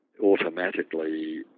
automatically